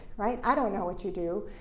right? i don't know what you do.